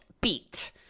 Beat